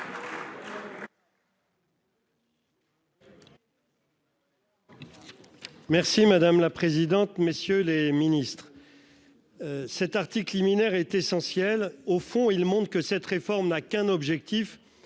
Merci madame la présidente, messieurs les ministres. Cet article liminaire est essentiel au fond il monte que cette réforme n'a qu'un objectif,